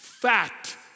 Fat